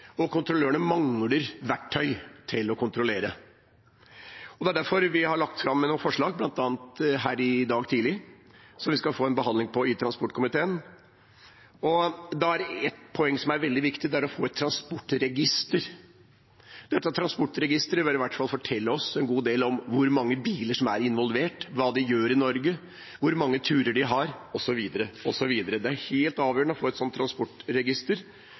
Derfor har vi, bl.a. i dag tidlig, lagt fram noen forslag til behandling i transportkomiteen. Det er ett poeng som er veldig viktig, og det er å få et transportregister. Dette transportregisteret bør i hvert fall fortelle oss en god del om hvor mange biler som er involvert, hva de gjør i Norge, hvor mange turer de har, osv. Det er helt avgjørende å få et sånt transportregister,